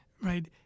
right